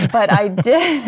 but i did.